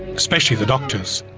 especially the doctors.